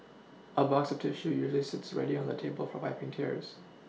a box of tissue usually sits ready on the table for wiPing tears